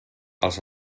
els